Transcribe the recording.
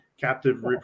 Captive